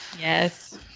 yes